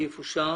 הצעה